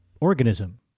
organism